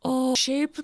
o šiaip